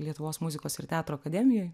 lietuvos muzikos ir teatro akademijoj